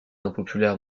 impopulaire